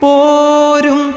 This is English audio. Porum